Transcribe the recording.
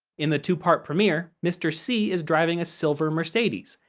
in the two-part premiere, mr. c is driving a silver mercedes,